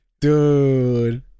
Dude